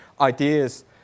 ideas